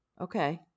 Okay